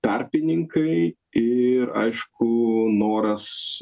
tarpininkai ir aišku noras